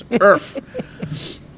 earth